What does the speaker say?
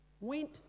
went